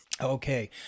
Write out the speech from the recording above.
Okay